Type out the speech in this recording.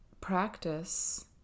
practice